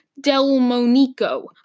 Delmonico